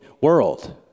world